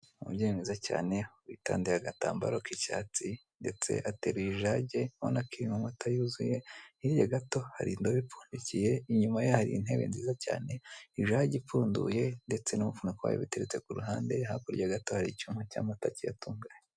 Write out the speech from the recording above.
Umubyeyi mwiza cyane, witandiye agatambaro k'icyatsi, ndeste ateruye ijage, urabona ko irimo amata yuzuye, hirya gato hari indobo ipfundikiye, inyuma yaho hari intebe nziza cyane, ijage pfunduye ndtese n'umufuniko wayo, biteretse ku ruhande, hakurya gato hari icyuma cy'amata, kiyatunganya.